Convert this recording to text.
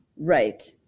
Right